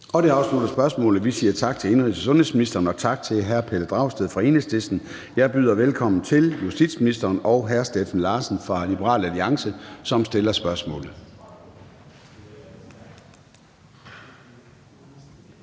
Gade): Det afslutter spørgsmålet. Vi siger tak til indenrigs- og sundhedsministeren og tak til hr. Pelle Dragsted fra Enhedslisten. Jeg byder velkommen til justitsministeren og hr. Steffen Larsen fra Liberal Alliance, som stiller spørgsmålet.